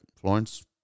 Florence